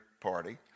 party